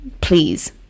please